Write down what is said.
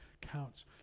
counts